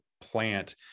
plant